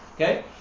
Okay